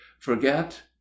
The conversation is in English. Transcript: Forget